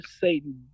Satan